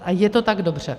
A je to tak dobře.